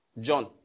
John